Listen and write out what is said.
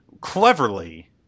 cleverly